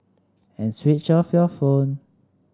and switch off your phone